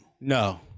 No